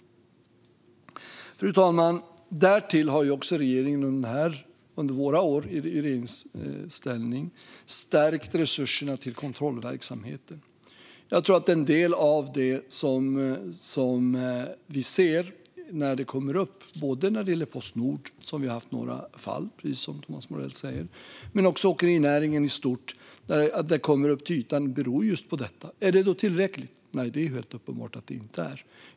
Fru talman! Därtill har regeringen under våra år i regeringsställning stärkt resurserna till kontrollverksamheten. En del av det som vi ser komma upp till ytan vad gäller Postnord - som vi har haft i några fall, precis som Thomas Morell säger - och även vad gäller åkerinäringen i stort tror jag beror just på detta. Är det då tillräckligt? Nej, det är helt uppenbart att det inte är.